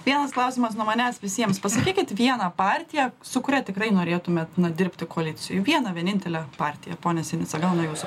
vienas klausimas nuo manęs visiems pasakykit vieną partiją su kuria tikrai norėtumėt na dirbti koalicijoj vieną vienintelę partiją pone sinica gal nuo jūsų